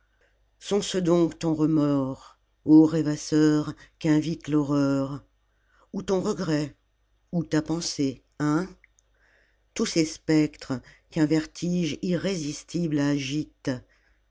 sont-ce donc ton remords ô rèvasseur qu'invite l'horreur ou ton regret ou ta pensée hein tous ces spectres qu'un vertige irrésistible agite